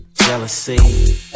Jealousy